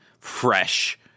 fresh